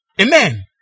Amen